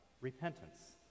repentance